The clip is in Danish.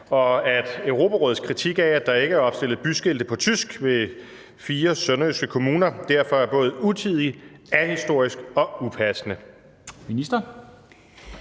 og at Europarådets kritik af, at der ikke er opstillet byskilte på tysk ved fire sønderjyske kommuner, derfor er både utidig, ahistorisk og upassende?